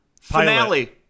Finale